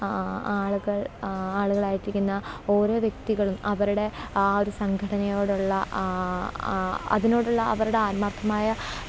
ആളുകൾ ആളുകളായിട്ടിരിക്കുന്ന ഓരോ വ്യക്തികളും അവരുടെ ആ ഒരു സംഘടനയോടുള്ള അതിനോടുള്ള അവരുടെ ആത്മാർത്ഥമായ